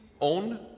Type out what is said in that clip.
own